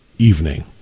evening